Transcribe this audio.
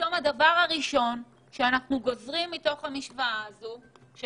ופתאום הדבר הראשון שאנחנו גוזרים מתוך המשוואה הזו של